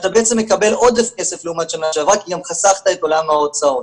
אתה בעצם מקבל עודף כסף לעומת שנה שעברה כי גם חסכת את עולם ההוצאות.